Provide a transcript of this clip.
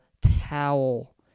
towel